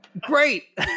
great